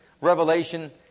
revelation